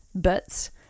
bits